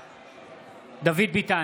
בעד דוד ביטן,